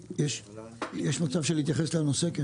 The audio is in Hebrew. אוכל להתייחס לנושא?